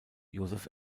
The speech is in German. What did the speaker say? joseph